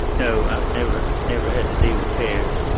no, i've never never had to deal with tariffs,